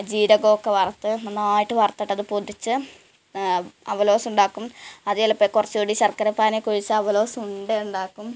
ജീരകമൊക്കെ വറുത്ത് നന്നായിട്ട് വറുത്തിട്ടത് പൊതിച്ച് അവലോസുണ്ടാക്കും അതെലപ്പം കുറച്ച് കൂടി ശർക്കരപ്പാനിയൊക്കെ ഒഴിച്ച് അവലോസുണ്ട ഉണ്ടാക്കും